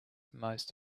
most